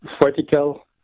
vertical